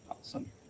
Awesome